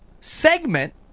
segment